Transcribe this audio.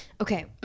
Okay